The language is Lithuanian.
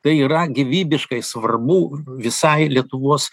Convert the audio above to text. tai yra gyvybiškai svarbu visai lietuvos